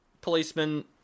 policeman